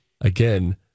Again